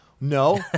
No